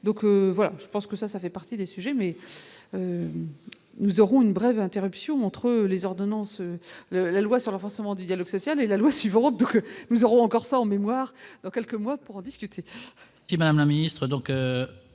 donc voilà, je pense que ça, ça fait pas. Ces 2 sujets mais. Nous aurons une brève interruption entre les ordonnances, la loi sur l'avancement du dialogue social et la loi si vous revenus que nous aurons encore ça en mémoire quelques mois pour en discuter.